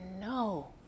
no